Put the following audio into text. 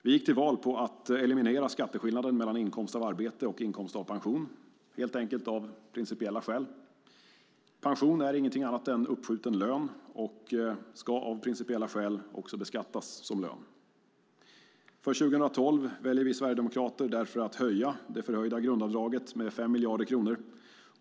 Vi gick till val på att eliminera skatteskillnaden mellan inkomst av arbete och inkomst av pension - helt enkelt av principiella skäl. Pension är ingenting annat än uppskjuten lön och ska också beskattas som lön. För 2012 väljer vi sverigedemokrater därför att höja det förhöjda grundavdraget med 5 miljarder kronor.